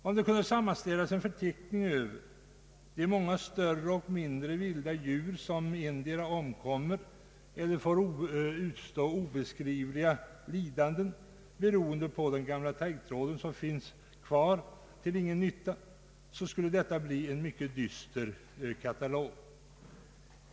Om en förteckning kunde upprättas över de många större och mindre vilda djur som antingen omkommer eller får utstå obeskrivliga lidanden på grund av den gamla taggtråd som finns kvar till ingen nytta, så skulle det bli en mycket dyster katalog.